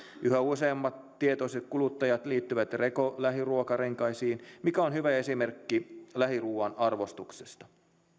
yhä useammat tietoiset kuluttajat liittyvät reko lähiruokarenkaisiin mikä on hyvä esimerkki lähiruuan arvostuksesta